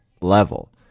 level